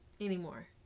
anymore